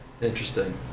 Interesting